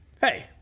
Hey